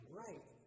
right